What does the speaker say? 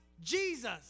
Jesus